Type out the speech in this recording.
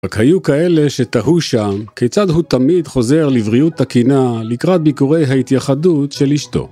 רק היו כאלה שתהו שם כיצד הוא תמיד חוזר לבריאות תקינה לקראת ביקורי ההתייחדות של אשתו.